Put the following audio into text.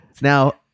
Now